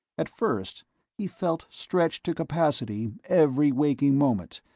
at first he felt stretched to capacity every waking moment,